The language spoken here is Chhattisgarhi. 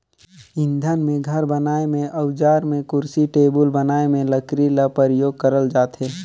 इंधन में, घर बनाए में, अउजार में, कुरसी टेबुल बनाए में लकरी ल परियोग करल जाथे